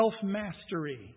self-mastery